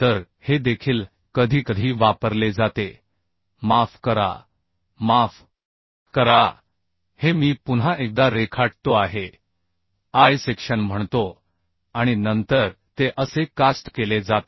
तर हे देखील कधीकधी वापरले जाते माफ करा माफ करा हे मी पुन्हा एकदा रेखाटतो आहे आय सेक्शन म्हणतो आणि नंतर ते असे कास्ट केले जाते